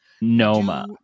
Noma